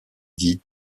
dit